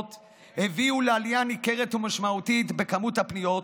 הביאו לעלייה ניכרת ומשמעותית במספר הפניות,